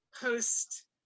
post